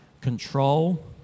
control